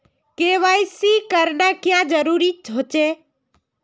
KYC करना क्याँ जरुरी होचे?